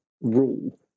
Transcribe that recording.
rule